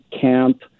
camp